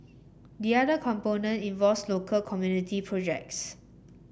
the other component involves local community projects